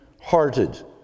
hearted